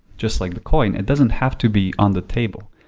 just like the coin, it doesn't have to be on the table,